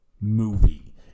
movie